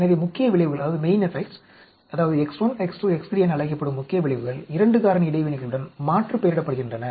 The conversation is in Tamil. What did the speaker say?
எனவே முக்கிய விளைவுகள் அதாவது X1 X2 X3 என அழைக்கப்படும் முக்கிய விளைவுகள் 2 காரணி இடைவினைகளுடன் மாற்றுப்பெயரிடப்படுகின்றன